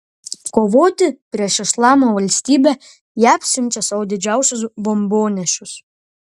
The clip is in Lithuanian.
kovoti prieš islamo valstybę jav siunčia savo didžiausius bombonešius